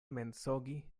mensogi